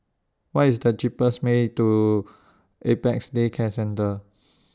What IS The cheapest Way to Apex Day Care Centre